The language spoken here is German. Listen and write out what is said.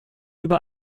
über